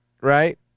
right